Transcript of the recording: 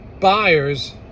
buyers